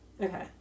Okay